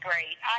Great